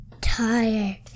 tired